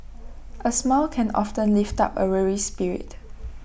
A smile can often lift up A weary spirit